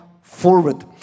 forward